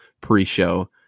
pre-show